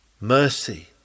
mercy